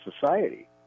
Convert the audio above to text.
society